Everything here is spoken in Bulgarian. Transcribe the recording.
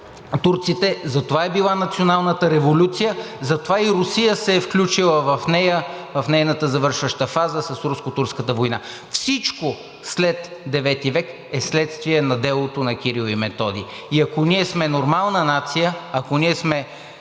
турците, затова е била националната революция, затова и Русия се е включила в нея, в нейната завършваща фаза с Руско-турската война. Всичко след IX век е следствие на делото на Кирил и Методий и ако ние сме нормална нация, ако ние сме